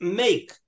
make